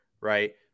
right